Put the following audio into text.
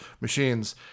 machines